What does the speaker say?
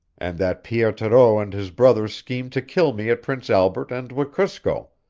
and that pierre thoreau and his brothers schemed to kill me at prince albert and wekusko,